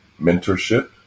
mentorship